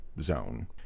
zone